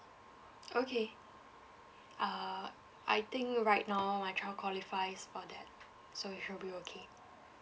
okay uh I think right now my child qualifies for that so it should be okay